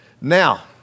Now